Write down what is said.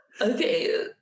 Okay